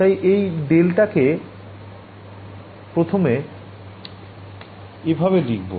তাই ∇ কে প্রথমে এভাবে লিখব